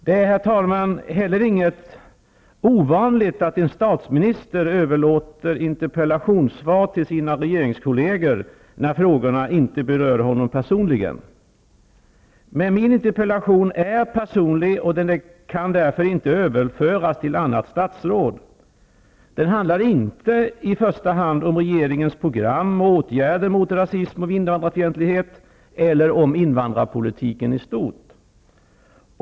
Det är, herr talman, heller inget ovanligt att en statsminister överlåter interpellationssvar till sina regeringskolleger, när frågorna inte berör honom personligen. Men min interpellation är personlig och den kan därför inte överföras till annat statsråd. Den handlar inte i första hand om regeringens program och åtgärder mot rasism och invandrarfientlighet eller om invandrarpolitiken i stort.